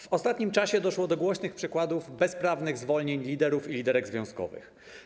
W ostatnim czasie doszło do głośnych przykładów bezprawnych zwolnień liderów i liderek związkowych.